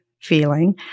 feeling